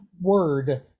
word